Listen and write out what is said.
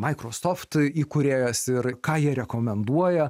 microsoft įkūrėjas ir ką jie rekomenduoja